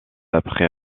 après